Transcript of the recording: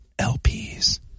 LPs